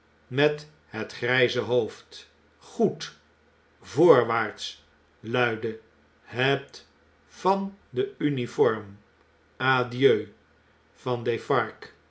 met het grgze hoofd goed voorwaarts luidde het van de uniform adieul van defarge